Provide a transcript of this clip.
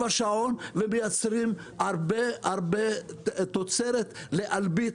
השעון ומייצרים הרבה תוצרת לאלביט,